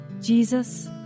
Jesus